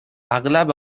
اغلب